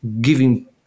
giving